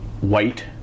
white